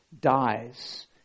dies